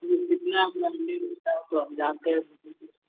फिर कितना तो हम जानते हैं